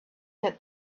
that